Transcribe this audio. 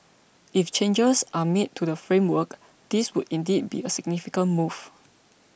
if changes are made to the framework this would indeed be a significant move